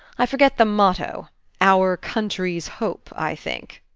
i forget the motto our country's hope i think.